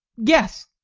guess!